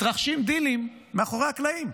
מתרחשים דילים מאחורי הקלעים.